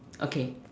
okay